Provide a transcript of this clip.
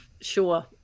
sure